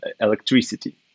electricity